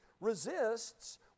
resists